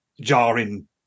jarring